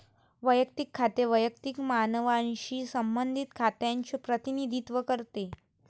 वैयक्तिक खाते वैयक्तिक मानवांशी संबंधित खात्यांचे प्रतिनिधित्व करते